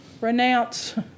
renounce